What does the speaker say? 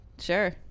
sure